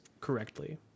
correctly